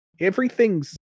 Everything's